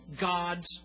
God's